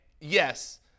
yes